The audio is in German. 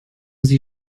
sie